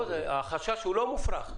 החשש לא מופרך.